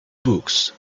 books